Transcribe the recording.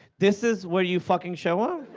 this is where you fucking show um